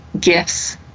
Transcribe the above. gifts